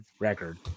record